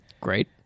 Great